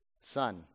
son